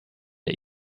der